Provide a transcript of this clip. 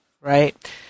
right